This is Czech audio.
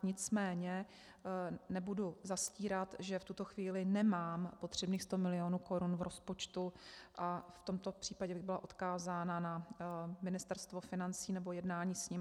Nicméně nebudu zastírat, že v tuto chvíli nemám potřebných sto milionů korun v rozpočtu a v tomto případě bych byla odkázána na Ministerstvo financí nebo jednání s ním.